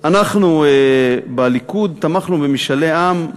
אנחנו בליכוד תמכנו במשאלי עם.